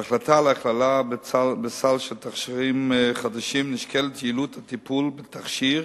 בהחלטה על הכללה בסל של תכשירים חדשים נשקלת יעילות הטיפול בתכשיר